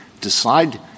decide